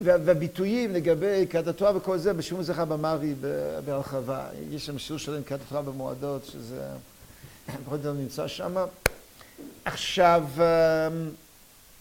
והביטויים לגבי קריאת התורה וכל זה, בשיעורים לזכר אבא מארי בהרחבה. יש שם שיעור שלם על קריאת התורה במועדות שזה פחות או יותר נמצא שמה. עכשיו